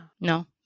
No